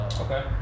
Okay